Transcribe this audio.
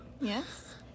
yes